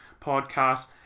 podcast